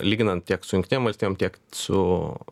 lyginant tiek jungtinėm valstijos tiek su